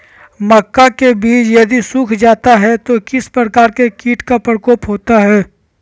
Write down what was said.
मक्का के बिज यदि सुख जाता है तो किस प्रकार के कीट का प्रकोप होता है?